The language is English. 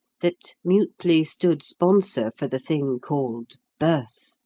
that mutely stood sponsor for the thing called birth.